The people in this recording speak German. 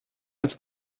als